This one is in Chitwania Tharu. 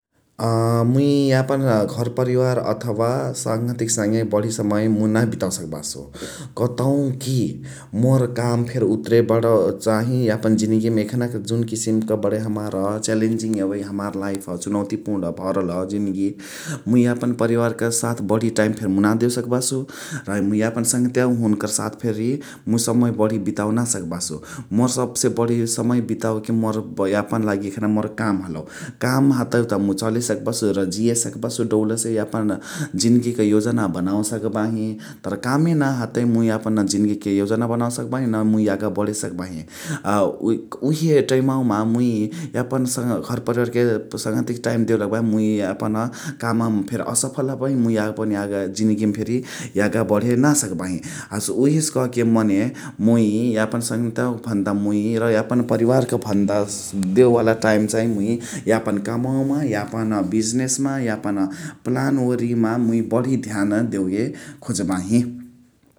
मुइ यापन घरपरिवार अथवा सङ्‌घतियाक साङ्‌गे बढी समय मुइ नाही बितावे सकबसु । कतउ कि मोर काम फेरी उतुरे बड चाहि यापन जिन्गीमा यखनाक जुन किसिमक बडइ हमार च्यालेन्जीङ यवइ हमार लाइफ चुनौतीपूर्ण भरल जिन्गी । मुइ यापन परिवारक साथ बढी टाईम फेरि मुइ नाही देवेसकबसु । मुइ यापन सङ्‌घतियावा हुनकर साथ फेरि मुइ समय बढी नाही बितावे नाही सकबसु । मोर सबसे बढी समय बितावके मोर यापन लागि यखना मोर काम हलउ । काम हतउ त मुइ चले सकबसु र जिय सकबसु डउलसे यापन जिन्गीक योजना बनावे सकबही। तर कामे नाही हतइ मुइ यापन जिन्गिके योजना न मुझ यागा बढे सकबही । आ उहे टाइमावामा मुइ यापन घरपरिवारके सङ्‌घतीयाके टाईम देवे लगबही मुइ यापन काममा फेरी असफल हखबही। मुझ यापन जिन्गीमा फेरि यागा बढे नाही सकबही । हसे उसे कहके मने मुइ यापन सङ्‌घतीयावा के भन्दा र यापन परिवारके भन्दा देवे वाला टाइम चाइ यापन कामवामा, यापन बिजनेसमा यापन प्लान वरिमा मुइ बढी ध्यान देवे खोजबाही ।